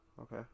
Okay